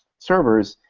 servers.